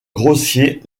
grossier